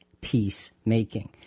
peacemaking